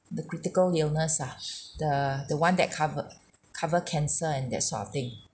the critical illness ah the the one that cover cover cancer and that sort of thing